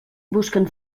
busquen